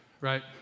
right